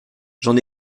j’en